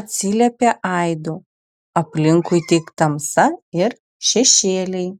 atsiliepia aidu aplinkui tik tamsa ir šešėliai